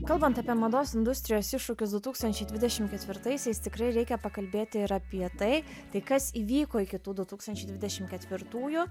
kalbant apie mados industrijos iššūkius du tūkstančiai dvidešim ketvirtaisiais tikrai reikia pakalbėti ir apie tai tai kas įvyko kitų du tūkstančiai dvidešim ketvirtųjų